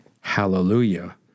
Hallelujah